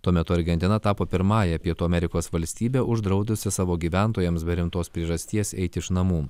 tuo metu argentina tapo pirmąja pietų amerikos valstybe uždraudusi savo gyventojams be rimtos priežasties eiti iš namų